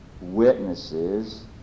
witnesses